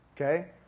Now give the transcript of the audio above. okay